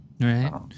Right